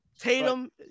Tatum